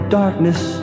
darkness